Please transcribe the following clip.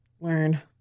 learn